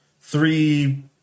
Three